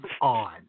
on